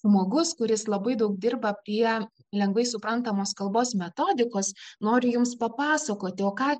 žmogus kuris labai daug dirba apie lengvai suprantamos kalbos metodikos noriu jums papasakoti o ką